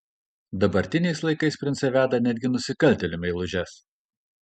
dabartiniais laikais princai veda netgi nusikaltėlių meilužes